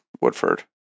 Woodford